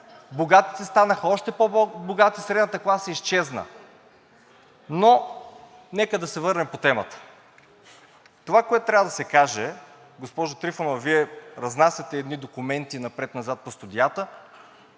Богатите станаха още по-богати, средната класа изчезна. Но нека да се върнем по темата. Това, което трябва да се каже, госпожо Трифонова, Вие разнасяте едни документи напред-назад по студията,